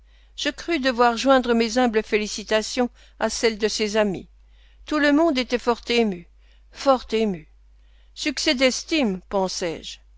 je crus devoir joindre mes humbles félicitations à celles de ses amis tout le monde était fort ému fort ému succès d'estime pensai-je